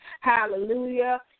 hallelujah